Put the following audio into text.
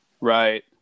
Right